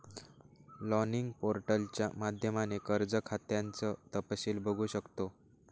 login पोर्टलच्या माध्यमाने कर्ज खात्याचं तपशील बघू शकतो